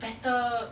better